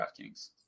DraftKings